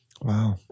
Wow